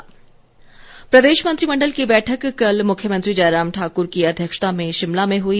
मंत्रिमंडल बैठक प्रदेश मंत्रिमंडल की बैठक कल मुख्यमंत्री जयराम ठाकुर की अध्यक्षता में शिमला में हुई